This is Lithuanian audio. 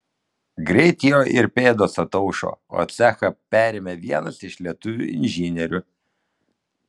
greit jo ir pėdos ataušo o cechą perėmė vienas iš lietuvių inžinierių